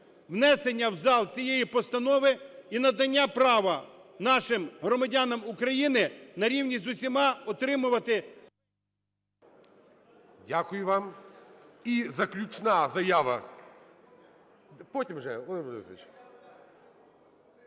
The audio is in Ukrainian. внесення в зал цієї постанови і надання права нашим громадянам України на рівні з усіма отримувати… ГОЛОВУЮЧИЙ. Дякую вам. І заключна заява… (Шум у